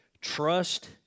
trust